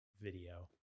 video